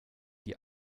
die